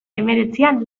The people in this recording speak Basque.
hemeretzian